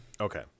Okay